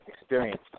experience